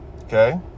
Okay